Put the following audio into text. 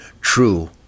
true